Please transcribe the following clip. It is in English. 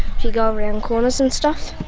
if you go around corners and stuff.